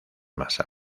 más